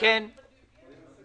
באשר לטענתו של שר האוצר ישראל כץ,